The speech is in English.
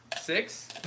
Six